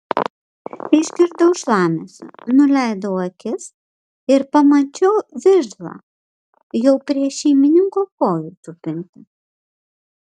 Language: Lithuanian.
išgirdau šlamesį nuleidau akis ir pamačiau vižlą jau prie šeimininko kojų tupintį